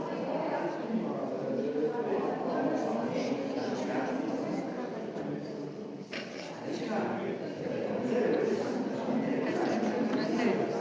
Hvala.